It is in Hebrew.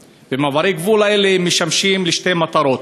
גבול, ומעברי הגבול האלה משמשים לשתי מטרות.